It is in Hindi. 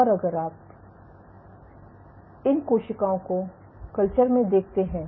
और अगर आप इन कोशिकाओं को कल्चर में देखते हैं